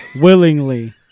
willingly